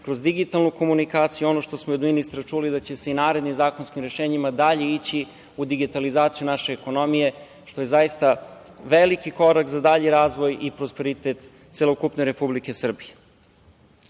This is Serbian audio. kroz digitalnu komunikaciju. Ono što smo od ministra čuli da će se i naredni zakonskim rešenjima dalje ići u digitalizaciju naše ekonomije, što je zaista veliki korak za dalji razvoj i prosperitet celokupne Republike Srbije. Pored